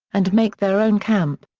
and make their own camp.